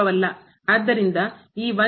ಆದ್ದರಿಂದ ಈ 1 over ಛೇದ ಮತ್ತೆ 0 ಆಗಿದೆ